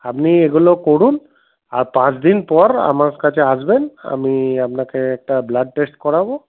আপনি এগুলো করুন আর পাঁচদিন পর আমার কাছে আসবেন আমি আপনাকে একটা ব্লাড টেস্ট করাব